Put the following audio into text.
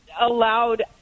allowed